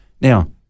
Now